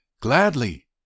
Gladly